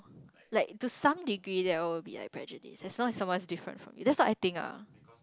like the sound degree will be like prejudice as long as some is different from you that's what I think lah